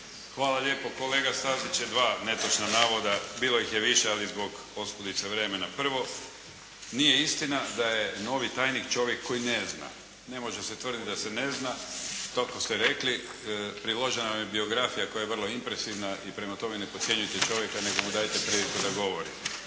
Hvala lijepo. Kolega Stazić je dva netočna navoda. Bilo ih je više ali zbog oskudice vremena. Prvo, nije istina da je novi tajnik čovjek koji ne zna. Ne može se tvrditi da se ne zna, to smo sve rekli, priložena vam je biografija koja je vrlo impresivna. I prema tome, ne podcjenjujte čovjeka nego mu dajte priliku da govori.